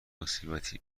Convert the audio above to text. مصیبتی